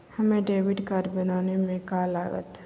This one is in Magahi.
हमें डेबिट कार्ड बनाने में का लागत?